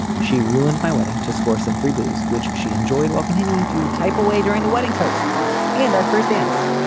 she ruined my wedding to score some free booze which she enjoyed while continuing to type away during the wedding toasts and our first dance.